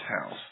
house